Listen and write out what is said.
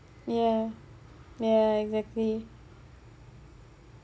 ya ya exactly